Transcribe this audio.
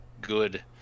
good